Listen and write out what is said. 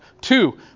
Two